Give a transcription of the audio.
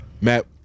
Matt